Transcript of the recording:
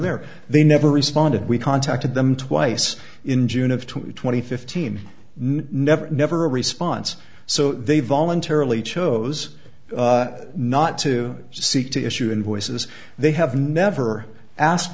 there they never responded we contacted them twice in june of two thousand and fifteen never never a response so they voluntarily chose not to seek to issue invoices they have never asked